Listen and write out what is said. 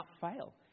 fail